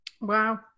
wow